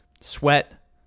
sweat